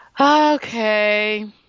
Okay